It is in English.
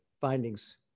findings